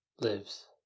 lives